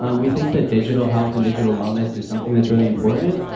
um we think that digital health and digital wellness is something that's really important,